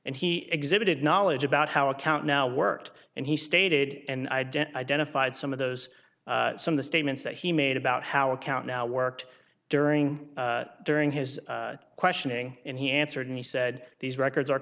and he exhibited knowledge about how account now worked and he stated and i didn't identified some of those some the statements that he made about how account now worked during during his questioning and he answered and he said these records are